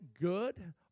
good